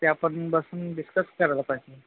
ते आपण बसून डिस्कस करायला पाहिजे